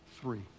three